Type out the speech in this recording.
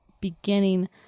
beginning